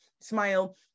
smile